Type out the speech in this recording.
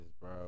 bro